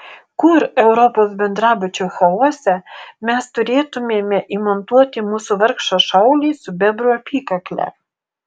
kur europos bendrabučio chaose mes turėtumėme įmontuoti mūsų vargšą šaulį su bebro apykakle